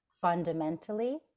fundamentally